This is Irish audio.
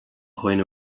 dhuine